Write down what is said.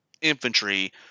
infantry